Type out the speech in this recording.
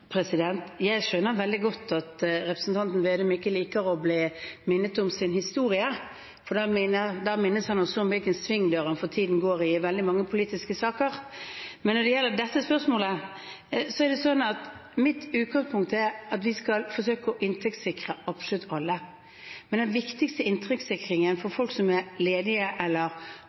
Jeg skjønner veldig godt at representanten Vedum ikke liker å bli minnet om sin historie, for da minnes han også om hvilken svingdør han for tiden går i, i veldig mange politiske saker. Når det gjelder dette spørsmålet, er mitt utgangspunkt at vi skal forsøke å inntektssikre absolutt alle, men den viktigste inntektssikringen for folk som er ledige eller